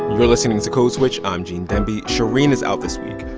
you're listening to code switch. i'm gene demby. shereen is out this week.